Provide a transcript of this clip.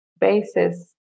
basis